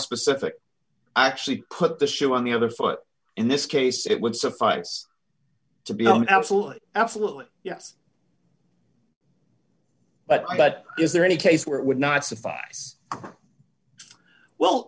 specific actually put the shoe on the other foot in this case it would suffice to be absolutely absolutely yes but i but is there any case where it would not